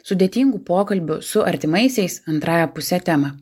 sudėtingų pokalbių su artimaisiais antrąja puse temą